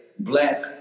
Black